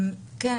כן,